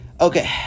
okay